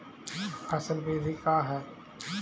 फसल वृद्धि का है?